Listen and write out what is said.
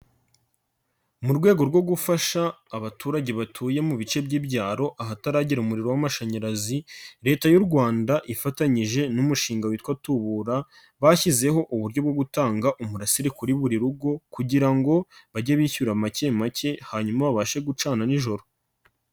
M rwego rwo gufasha abaturage batuye mu bice by'ibyaro ahataragira umuriro w'amashanyarazi, Leta y'u Rwanda ifatanyije n'umushinga witwa tubura, bashyizeho uburyo bwo gutanga umurasire kuri buri rugo kugira ngo bajye bishyura make make, hanyuma babashe gucana nijoro.